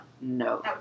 No